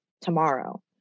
tomorrow